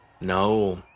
No